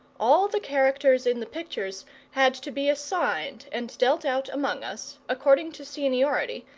all the characters in the pictures had to be assigned and dealt out among us, according to seniority,